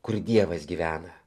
kur dievas gyvena